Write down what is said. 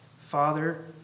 Father